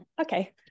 okay